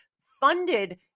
funded